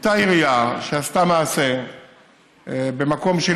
אותה עירייה שעשתה מעשה במקום שהיא